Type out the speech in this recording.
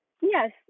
Yes